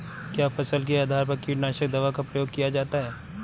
क्या फसल के आधार पर कीटनाशक दवा का प्रयोग किया जाता है?